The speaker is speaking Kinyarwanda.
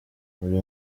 buri